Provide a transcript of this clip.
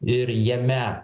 ir jame